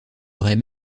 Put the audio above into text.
aurait